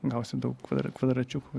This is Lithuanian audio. gausi daug kvadračiukų